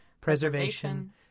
preservation